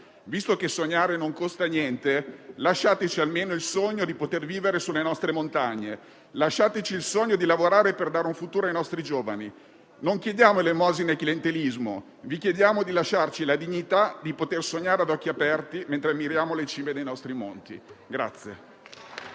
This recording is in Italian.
visto che sognare non costa niente, lasciateci almeno il sogno di poter vivere sulle nostre montagne. Lasciateci il sogno di lavorare per dare un futuro ai nostri giovani. Non chiediamo elemosine e clientelismo: vi chiediamo di lasciarci la dignità di poter sognare a occhi aperti mentre ammiriamo le cime dei nostri monti.